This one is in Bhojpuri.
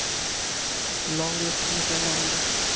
लौंग एक ठे मसाला होला